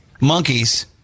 monkeys